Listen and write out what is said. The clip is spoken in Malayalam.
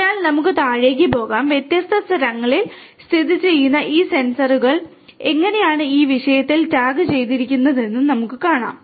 അതിനാൽ നമുക്ക് താഴേക്ക് പോകാം വ്യത്യസ്ത സ്ഥലങ്ങളിൽ സ്ഥിതിചെയ്യുന്ന ഈ സെൻസറുകൾ എങ്ങനെയാണ് ഈ വിഷയത്തിൽ ടാഗുചെയ്തിരിക്കുന്നതെന്ന് നമുക്ക് കാണാം